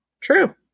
True